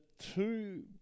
two